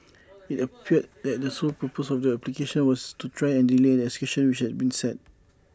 IT appeared that the sole purpose of the applications was to try and delay the execution which had been set